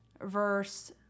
verse